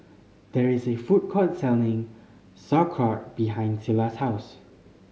there is a food court selling Sauerkraut behind Sila's house